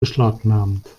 beschlagnahmt